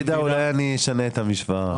אולי אני אשנה את המשוואה.